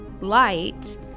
light